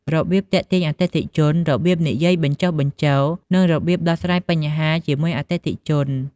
របៀបទាក់ទាញអតិថិជន របៀបនិយាយបញ្ចុះបញ្ចូល និងរបៀបដោះស្រាយបញ្ហាជាមួយអតិថិជន។